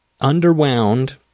underwound